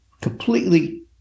completely